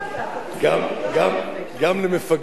גם למפקדי פואד,